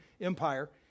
Empire